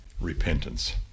repentance